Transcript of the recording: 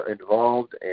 involved